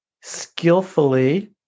skillfully